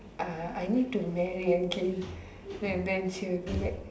ah I need to marry again and then she'll be like